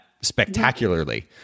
spectacularly